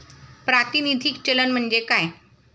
प्रातिनिधिक चलन म्हणजे काय?